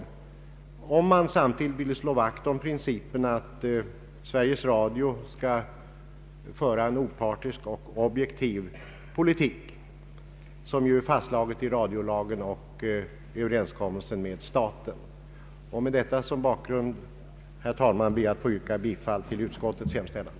Detta är helt enkelt inte möjligt om man vill slå vakt om principen att Sveriges Radio skall föra en opartisk och objektiv programpolitik, vilket ju är fastslaget i radiolagen och inskrivet i avtalet med staten. Med detta som bakgrund, herr talman, ber jag att få yrka bifall till utskottets hemställan.